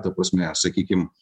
ta prasme sakykim